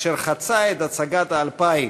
אשר חצה את הצגת ה-2,000,